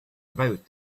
about